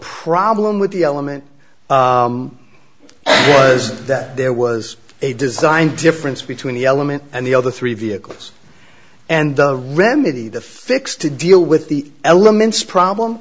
problem with the element was that there was a design difference between the element and the other three vehicles and remedy the fix to deal with the elements problem